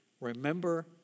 Remember